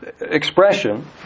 expression